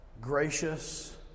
gracious